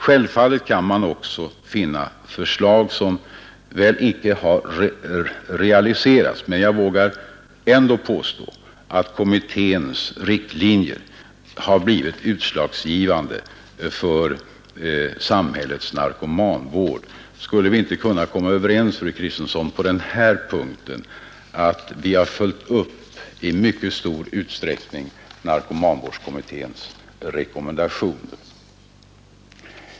Självfallet kan man också finna förslag som väl inte har realiserats, men jag vågar ändå påstå att kommitténs riktlinjer har blivit utslagsgivande för samhällets narkomanvård. Skall vi inte kunna komma överens om, fru Kristensson, att vi i mycket stor utsträckning har följt upp narkomanvårdskommitténs rekommendationer?